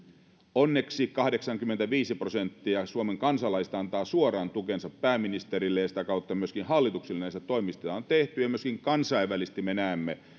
onneksi kahdeksankymmentäviisi prosenttia suomen kansalaisista antaa suoran tukensa pääministerille ja sitä kautta myöskin hallitukselle näistä toimista mitä on tehty ja myöskin kansainvälisesti me näemme